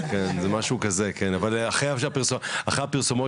זה לא רק עניין של סמים ואלכוהול,